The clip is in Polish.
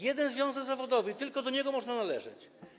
Jeden związek zawodowy i tylko do niego można należeć.